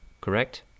correct